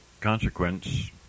consequence